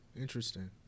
Interesting